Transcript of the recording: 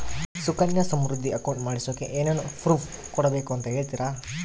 Sukanya Samriddhi account ಮಾಡಿಸೋಕೆ ಏನೇನು proof ಕೊಡಬೇಕು ಅಂತ ಹೇಳ್ತೇರಾ?